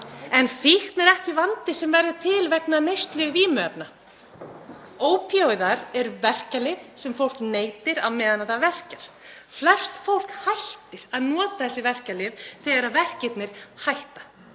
en fíkn er ekki vandi sem verður til vegna neyslu vímuefna. Ópíóíðar eru verkjalyf sem fólk neytir á meðan það verkjar. Flest fólk hættir að nota þessi verkjalyf þegar verkirnir hætta.